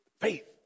Faith